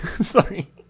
Sorry